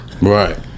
Right